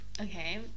okay